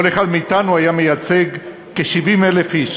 כל אחד מאתנו היה מייצג כ-70,000 איש.